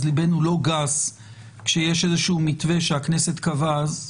אז ליבנו לא גס כשיש איזשהו מתווה שהכנסת קבעה אז.